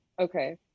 Okay